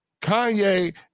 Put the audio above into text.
Kanye